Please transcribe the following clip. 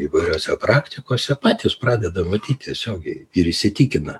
įvairiose praktikose patys pradeda matyti tiesiogiai ir įsitikina